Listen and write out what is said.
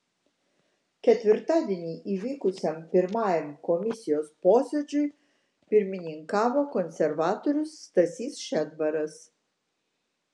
ketvirtadienį įvykusiam pirmajam komisijos posėdžiui pirmininkavo konservatorius stasys šedbaras